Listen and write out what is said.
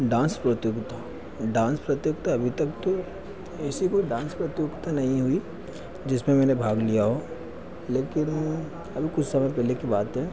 dance प्रतियोगिता dance प्रतियोगिता अभी तक तो ऐसी कोई डांस प्रतियोगिता नहीं हुई जिसमें मैंने भाग लिया हो लेकिन अभी कुछ समय पहले की बात है